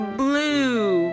blue